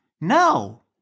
No